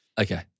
Okay